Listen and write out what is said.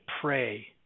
pray